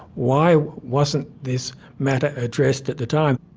why wasn't this matter addressed at the time?